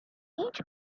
each